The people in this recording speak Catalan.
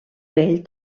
vell